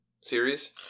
series